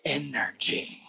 energy